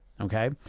Okay